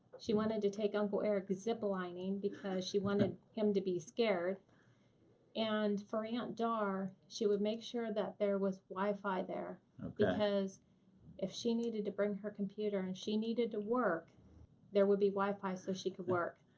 she wanted to take uncle eric ziplining because she wanted him to be scared and for aunt dar, she would make sure that there was wifi there because if she needed to bring her computer and she needed to work that there would be wifi so she could work,